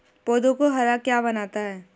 पौधों को हरा क्या बनाता है?